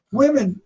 women